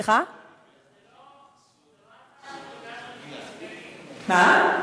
זאת לא הצעה שמדברת על זה.